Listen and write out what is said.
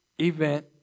event